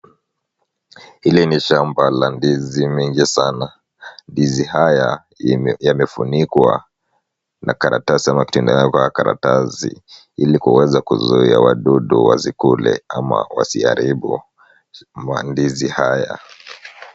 Hili ni shamba la ndizi mingi sana, ndizi hizi zimefunikwa na kataratasi ama kitu inaweza kukaa karatasi ili kuweza kuzuia wadudu wasikule ama wasiharibu mandizi haya.